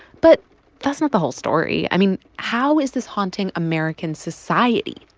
but that's not the whole story. i mean, how is this haunting american society?